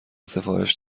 سفارش